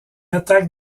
attaque